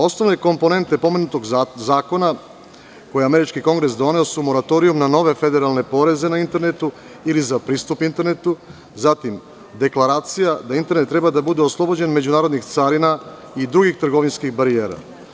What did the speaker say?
Ostale komponente pomenutog zakona, koji je američki kongres doneo su moratorijum na nove federalne poreze na internetu ili za pristup internetu, zatim deklaracija da internet treba da bude oslobođen međunarodnih carina i drugih trgovinskih barijera.